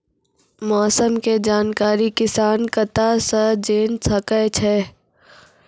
मौसम के जानकारी किसान कता सं जेन सके छै?